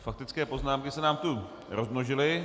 Faktické poznámky se nám to rozmnožily.